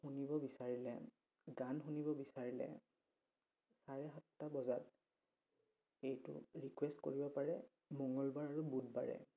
শুনিব বিচাৰিলে গান শুনিব বিচাৰিলে চাৰে সাতটা বজাত এইটো ৰিকুৱেষ্ট কৰিব পাৰে মঙলবাৰ আৰু বুধবাৰে